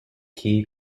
key